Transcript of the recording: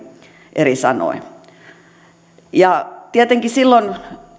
eri sanoin tietenkin silloin